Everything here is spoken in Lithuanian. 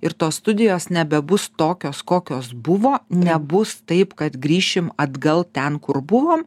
ir tos studijos nebebus tokios kokios buvo nebus taip kad grįšim atgal ten kur buvom